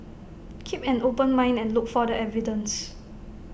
keep an open mind and look for the evidence